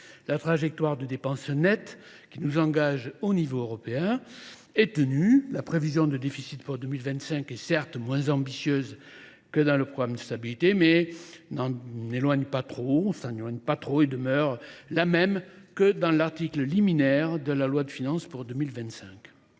La trajectoire de dépenses nettes qui nous engage au niveau européen, est tenue. La prévision de déficit pour 2025 est certes moins ambitieuse que dans le programme de stabilité mais n'éloigne pas trop, on s'en éloigne pas trop et demeure là même que dans l'article liminaire de la loi de finances pour 2025.